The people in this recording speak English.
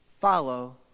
follow